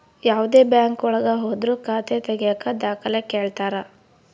ಯಾವ್ದೇ ಬ್ಯಾಂಕ್ ಒಳಗ ಹೋದ್ರು ಖಾತೆ ತಾಗಿಯಕ ದಾಖಲೆ ಕೇಳ್ತಾರಾ